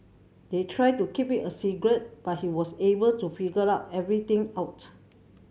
they tried to keep it a secret but he was able to figure out everything out